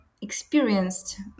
experienced